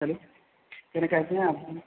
hello कहे रहें कैसे हैं आप